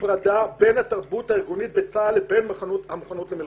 הפרדה בין התרבות הארגונית בצה"ל לבין המוכנות למלחמה.